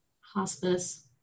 hospice